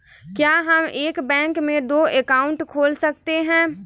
क्या हम एक बैंक में दो अकाउंट खोल सकते हैं?